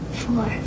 four